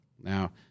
Now